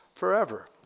forever